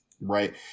Right